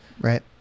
Right